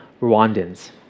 Rwandans